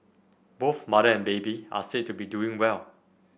both mother and baby are said to be doing well